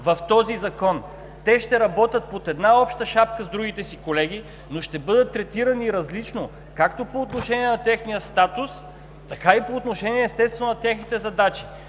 в този закон. Те ще работят под една обща шапка с другите си колеги, но ще бъдат третирани различно както по отношение на техния статус, така и по отношение, естествено, на техните задачи.